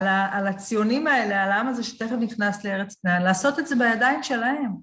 על הציונים האלה, על העם הזה שתכף נכנס לארץ, לעשות את זה בידיים שלהם.